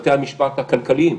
בתי המשפט הכלכליים.